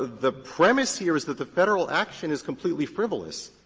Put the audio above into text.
the premise here is that the federal action is completely frivolous.